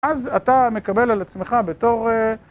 אז אתה מקבל על עצמך בתור...